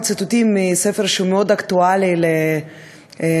תודה רבה.